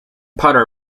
potter